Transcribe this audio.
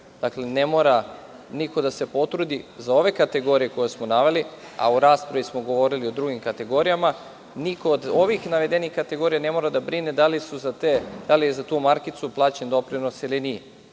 overena. Ne mora niko da se potrudi za ove kategorije koje smo naveli, a u raspravi smo govorili o drugim kategorijama, niko od ovih navedenih kategorija ne mora da brine da li je za tu markicu plaćen doprinos ili nije.